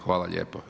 Hvala lijepo.